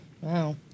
Wow